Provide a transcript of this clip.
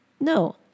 No